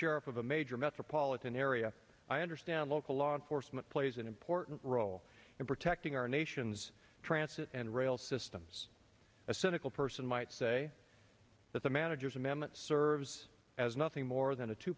sheriff of a major metropolitan area i understand local law enforcement plays an important role in protecting our nation's transit and rail systems a cynical person might say that the manager's amendment serves as nothing more